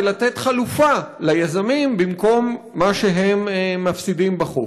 ולתת חלופה ליזמים במקום מה שהם מפסידים בחוף.